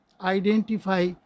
identify